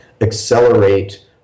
accelerate